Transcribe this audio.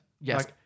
Yes